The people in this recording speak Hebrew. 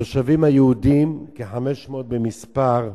התושבים היהודים, כ-500 במספר,